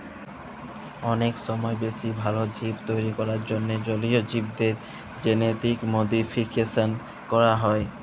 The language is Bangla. অলেক ছময় বেশি ভাল জীব তৈরি ক্যরার জ্যনহে জলীয় জীবদের জেলেটিক মডিফিকেশল ক্যরা হ্যয়